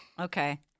Okay